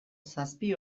zazpi